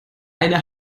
eine